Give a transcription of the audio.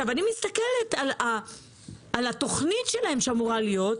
אני מסתכלת על התכנית שלהם שאמורה להיות,